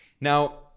Now